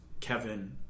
Kevin